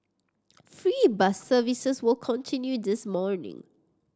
free bus services will continue this morning